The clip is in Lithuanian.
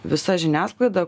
visa žiniasklaida